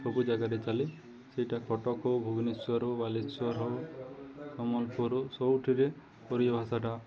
ସବୁ ଜାଗାରେ ଚାଲେ ସେଇଟା କଟକ ହେଉ ଭୁବନେଶ୍ୱର ହେଉ ବାଲେଶ୍ୱର ହେଉ ସମ୍ବଲପୁର ହେଉ ସବୁଠାରେ ଓଡ଼ିଆ ଭାଷାଟା